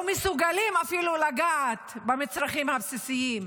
לא מסוגלים אפילו לגעת במצרכים הבסיסיים.